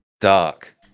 dark